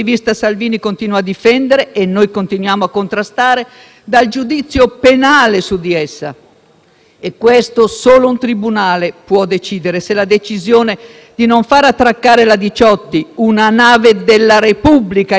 E solo un tribunale può decidere questo: se la decisione di non fare attraccare la Diciotti, una nave della Repubblica italiana, sia stata presa in violazione delle leggi e se, effettivamente, sia stato un sequestro.